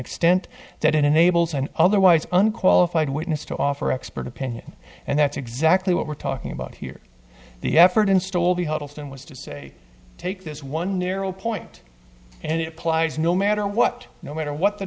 extent that enables an otherwise unqualified witness to offer expert opinion and that's exactly what we're talking about here the effort install the huddleston was to say take this one narrow point and it applies no matter what no matter what the